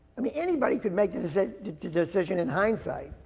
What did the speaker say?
i mean anybody can make the decision in hindsight.